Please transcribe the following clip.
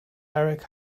erik